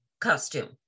costume